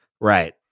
right